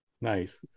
nice